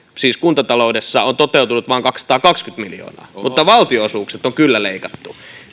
kuntataloudessa on toteutunut vain kaksisataakaksikymmentä miljoonaa mutta valtionosuudet on kyllä leikattu